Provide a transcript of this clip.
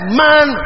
man